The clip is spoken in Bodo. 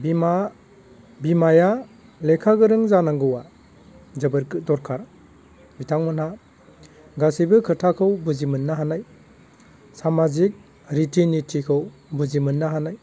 बिमाया लेखा गोरों जानांगौआ जोबोदनो दरखार बिथांमोना गासैबो खोथाखौ बुजि मोननो हानाय सामाजिक रिति नितिखौ बुजि मोननो हानाय